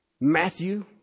Matthew